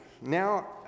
Now